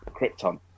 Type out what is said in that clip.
Krypton